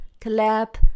clap